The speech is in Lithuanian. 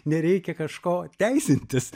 nereikia kažko teisintis